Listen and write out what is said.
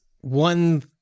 one